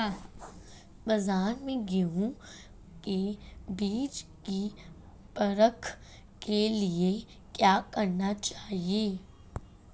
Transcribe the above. बाज़ार में गेहूँ के बीज की परख के लिए क्या करना चाहिए?